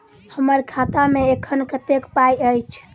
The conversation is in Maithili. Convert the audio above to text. हम्मर खाता मे एखन कतेक पाई अछि?